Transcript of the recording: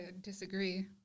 disagree